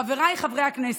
חבריי חברי הכנסת,